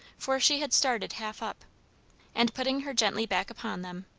for she had started half up and putting her gently back upon them,